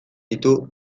ditu